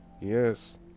Yes